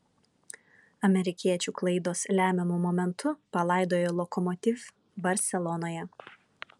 amerikiečių klaidos lemiamu momentu palaidojo lokomotiv barselonoje